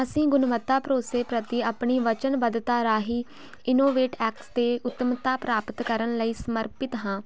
ਅਸੀਂ ਗੁਣਵੱਤਾ ਭਰੋਸੇ ਪ੍ਰਤੀ ਆਪਣੀ ਵਚਨਬੱਧਤਾ ਰਾਹੀਂ ਇਨੋਵੇਟ ਐਕਸ 'ਤੇ ਉੱਤਮਤਾ ਪ੍ਰਦਾਨ ਕਰਨ ਲਈ ਸਮਰਪਿਤ ਹਾਂ